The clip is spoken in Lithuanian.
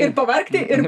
ir pavargti ir